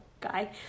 guy